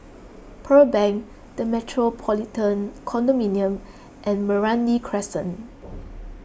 Pearl Bank the Metropolitan Condominium and Meranti Crescent